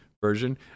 version